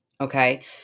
okay